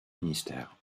ministères